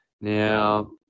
Now